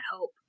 hope